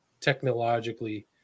technologically